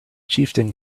chieftain